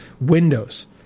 Windows